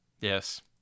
yes